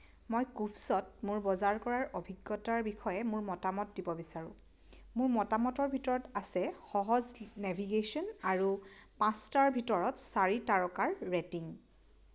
মই কুভছ্ত মোৰ বজাৰ কৰাৰ অভিজ্ঞতাৰ বিষয়ে মোৰ মতামত দিব বিচাৰোঁ মোৰ মতামতৰ ভিতৰত আছে সহজ নেভিগেশ্যন আৰু পাঁচটাৰ ভিতৰত চাৰি তাৰকাৰ ৰেটিং